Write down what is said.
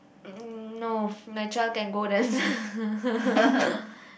mm no my child can go there